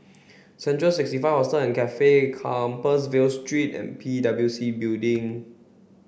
central sixty five Hostel and Cafe Compassvale Street and P W C Building